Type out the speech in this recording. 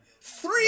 three